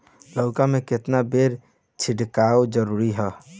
लउका में केतना बेर छिड़काव जरूरी ह?